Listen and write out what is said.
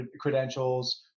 credentials